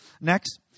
Next